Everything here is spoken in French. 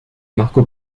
marco